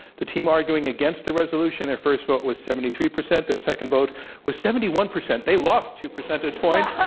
the team arguing against the resolution, their first vote was seventy three percent their second vote was seventy one percent. they lost two percentage points.